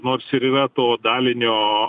nors ir yra to dalinio